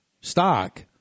stock